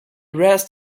rest